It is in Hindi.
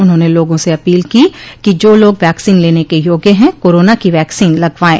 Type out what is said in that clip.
उन्होंने लोगों से अपील की कि जो लोग वैक्सीन लेने के योग्य है कोरोना की वैक्सीन लगवायें